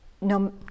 No